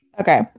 Okay